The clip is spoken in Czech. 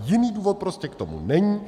Jiný důvod prostě k tomu není.